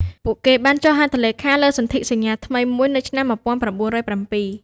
ពួកគេបានចុះហត្ថលេខាលើសន្ធិសញ្ញាថ្មីមួយនៅឆ្នាំ ១៩០៧។